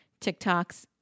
tiktoks